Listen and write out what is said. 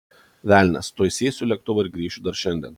velnias tuoj sėsiu į lėktuvą ir grįšiu dar šiandien